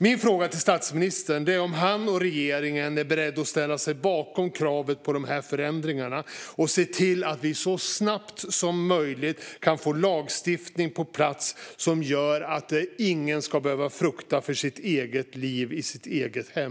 Min fråga till statsministern är: Är han och regeringen beredda att ställa sig bakom kravet på dessa förändringar och se till att vi så snabbt som möjligt kan få lagstiftning på plats som gör att ingen behöver frukta för sitt eget liv i sitt eget hem?